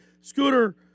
scooter